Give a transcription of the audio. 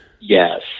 Yes